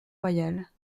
royales